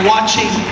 Watching